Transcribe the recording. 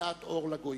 בבחינת "אור לגויים".